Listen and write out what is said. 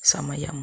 సమయం